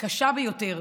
קשה ביותר